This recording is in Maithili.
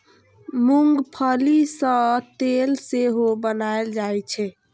मूंंगफली सं तेल सेहो बनाएल जाइ छै